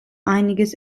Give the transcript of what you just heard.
einiges